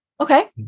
Okay